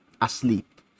asleep